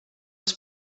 els